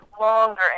longer